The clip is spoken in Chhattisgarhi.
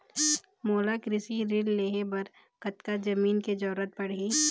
मोला कृषि ऋण लहे बर कतका जमीन के जरूरत पड़ही?